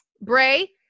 Bray